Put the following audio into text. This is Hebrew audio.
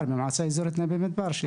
השירות הזה מהמועצה האזורית נווה מדבר.